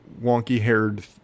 wonky-haired